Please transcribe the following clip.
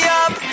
up